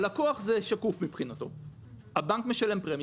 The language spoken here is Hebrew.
מבחינת הלקוח זה שקוף, הבנק משלם פרמיה.